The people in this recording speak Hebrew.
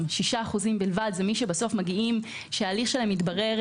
6% בלבד הם אלה שבסוף מגיעים לכך שההליך שלהם מתברר